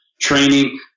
training